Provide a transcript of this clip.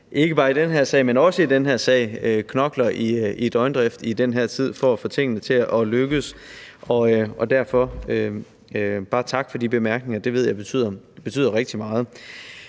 ikke bare i den her sag, men også i den her sag, knokler i døgndrift i den her tid for at få tingene til at lykkes. Derfor vil jeg bare sige tak for de bemærkninger. Det ved jeg betyder rigtig meget.